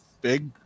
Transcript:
big